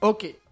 Okay